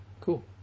Cool